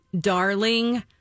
Darling